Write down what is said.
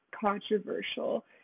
controversial